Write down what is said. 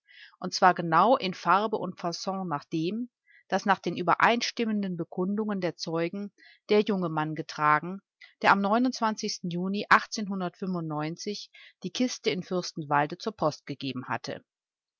und zwar genau in farbe und fasson nach dem das nach den übereinstimmenden bekundungen der zeugen der junge mann getragen der am juni die kiste in fürstenwalde zur post gegeben hatte